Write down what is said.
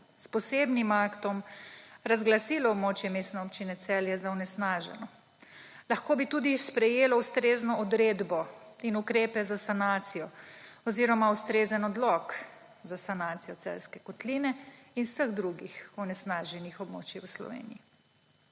posebnim aktom razglasilo območje Mestne občine Celje za onesnaženo, lahko bi tudi sprejelo ustrezno odredbo in ukrep za sanacijo oziroma ustrezen odlok za sanacijo Celjske kotline in vseh drugih onesnaženih območij v Sloveniji.